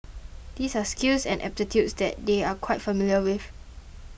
these are skills and aptitudes that they are quite familiar with